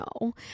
no